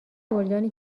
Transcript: گلدانی